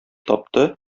тапты